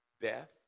Death